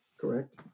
correct